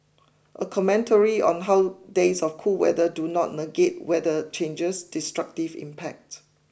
a commentary on how days of cool weather do not negate weather change's destructive impact